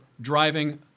driving